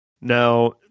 Now